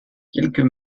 quelques